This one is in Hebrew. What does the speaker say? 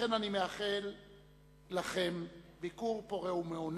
לכם אני מאחל ביקור פורה ומהנה,